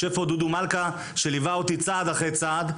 יושב פה דודו מלכא שליווה אותי צעד אחר צעד,